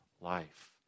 life